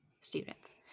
students